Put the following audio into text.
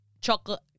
chocolate